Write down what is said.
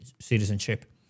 citizenship